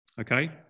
okay